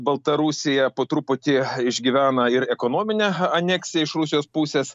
baltarusija po truputį išgyvena ir ekonominę aneksiją iš rusijos pusės